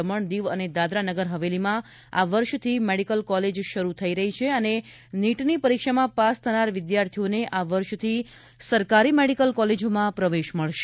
દમણ દીવ અને દાદરા નગર હવેલીમાં આ વર્ષથી મેડિકલ કોલેજ શરૂ થઈ રહી છે અને નીટની પરીક્ષામાં પાસ થનાર વિદ્યાર્થીઓને આ વર્ષથી સરકારી મેડિકલ કોલેજોમાં પ્રવેશ મળશે